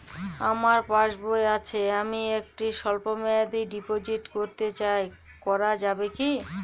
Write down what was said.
আমার পাসবই আছে আমি একটি স্বল্পমেয়াদি ডিপোজিট করতে চাই করা যাবে কি?